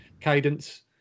cadence